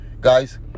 Guys